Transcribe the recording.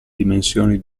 dimensioni